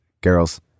girls